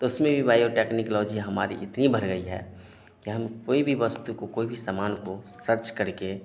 तो उसमें भी बायोटेक्निकलॉजी हमारी इतनी भर गई है कि हम कोई भी वस्तु को कोई भी समान को सर्च करके